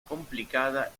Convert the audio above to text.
complicada